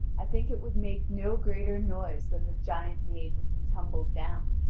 i think it would make no greater noise than the giant made when he tumbled down.